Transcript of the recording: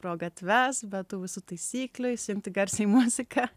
pro gatves be tų visų taisyklių įsijungti garsiai muziką